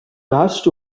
last